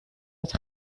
het